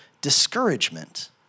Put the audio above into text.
discouragement